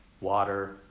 water